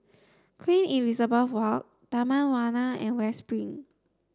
Queen Elizabeth Walk Taman Warna and West Spring